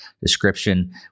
description